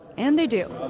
and they do.